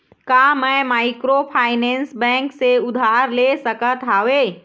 का मैं microfinance bank से उधार ले सकत हावे?